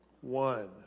One